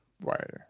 right